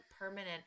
permanent